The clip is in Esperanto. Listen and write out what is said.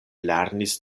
lernis